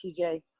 TJ